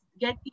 get